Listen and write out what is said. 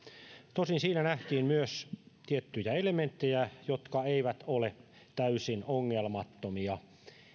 tosin siinä nähtiin myös tiettyjä elementtejä jotka eivät ole täysin ongelmattomia